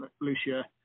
Lucia